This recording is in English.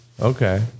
Okay